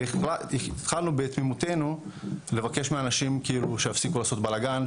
והתחלנו בתמימותנו לבקש מאנשים שיפסיקו לעשות בלאגן,